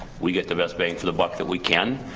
we get the best bang for the buck that we can.